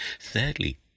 Thirdly